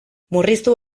murriztu